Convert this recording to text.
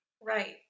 right